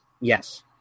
Yes